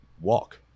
walk